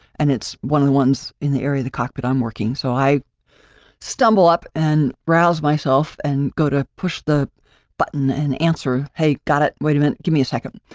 and it's one of the ones in the area of the cockpit i'm working. so, i stumble up and arouse myself and go to push the button and answer hey, got it. wait a minute, give me a second.